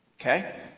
Okay